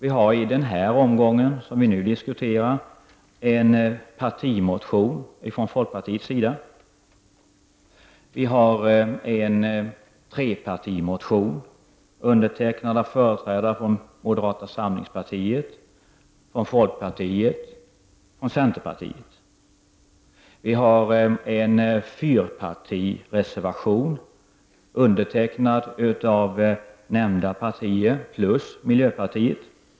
Vi har i denna omgång, som vi nu diskuterar, en partimotion från folkpartiet, en trepartimotion undertecknad av företrädare för moderata samlingspartiet, folkpartiet och centerpartiet, samt en fyrpartireservation, undertecknad av företrädare för nämnda partier plus miljöpartiet.